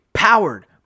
Powered